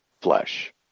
flesh